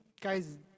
guys